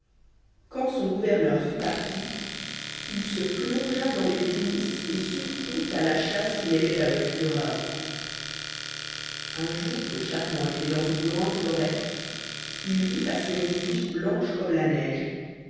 quand son gouverneur fut parti il se livra aux plaisirs et surtout à la chasse qu'il aimait passionnément un jour que charmant était dans une grande forêt il vit passer une biche blanche comme la neige